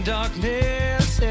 Darkness